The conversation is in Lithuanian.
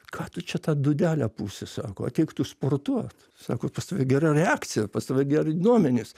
ką tu čia tą dūdelę pūsi sako ateik tu sportuot sako pas tave gera reakcija pas tave geri duomenys